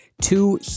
two